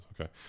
okay